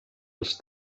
els